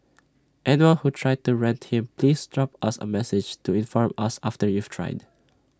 anyone who tried to rent him please drop us A message to inform us after you've tried